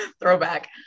throwback